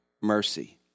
mercy